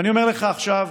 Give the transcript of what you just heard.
ואני אומר לך עכשיו,